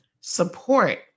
support